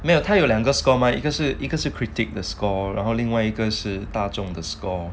没有他有两个 score 吗一个是一个 you critique the score 然后另外一个是大众的 score